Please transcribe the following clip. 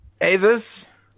Avis